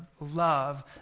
love